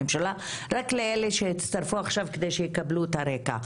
לאלה שהצטרפו עכשיו, כדי שיקבלו את הרקע.